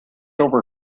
over